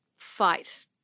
Fight